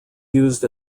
used